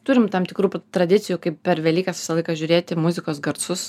turim tam tikrų tradicijų kaip per velykas visą laiką žiūrėti muzikos garsus